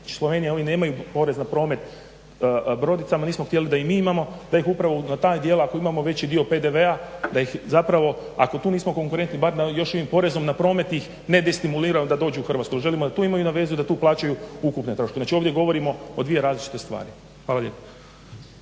Znači Slovenija oni nemaju porez na promet brodicama, nismo htjeli da i mi imamo da ih upravo na na taj dijela ako imamo veći dio PDV-a da ih ako tu nismo konkurenti bar ovim još porezom na promet ih ne destimuliramo da dođu u Hrvatsku. jer želimo da tu imaju na vezu i da tu plaćaju ukupne troškove. Znači ovdje govorimo o dvije različite stvari. Hvala lijepa.